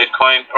Bitcoin